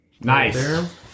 Nice